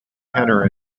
tenor